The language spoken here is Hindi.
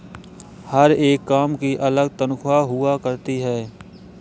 हर एक काम की अलग तन्ख्वाह हुआ करती है